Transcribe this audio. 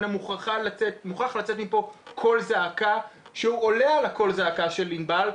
צריך לצאת קול זעקה שעולה על הזעקה של ענבל,